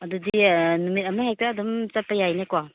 ꯑꯗꯨꯗꯤ ꯑꯥ ꯅꯨꯃꯤꯠ ꯑꯃ ꯍꯦꯛꯇ ꯑꯗꯨꯝ ꯆꯠꯄ ꯌꯥꯏꯅꯦꯀꯣ